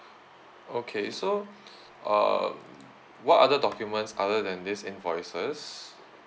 okay so uh what other documents other than these invoices